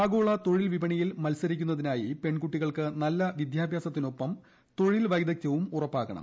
ആഗോള തൊഴിൽ വിപണിയിൽ മത്സരിക്കുന്നതിനായി പെൺകുട്ടികൾക്ക് നല്ല വിദ്യാഭ്യാസത്തിനൊപ്പം തൊഴിൽ വൈദഗ്ധ്യവും ഉറപ്പാക്കണം